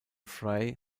frey